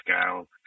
scale